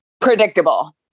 Predictable